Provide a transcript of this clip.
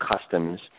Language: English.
customs